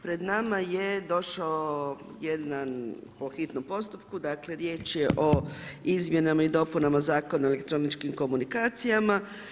Pred nama je došao jedan, po hitnom postupku, dakle je o izmjenama i dopunama Zakona o elektroničkim komunikacijama.